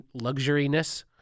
luxuriness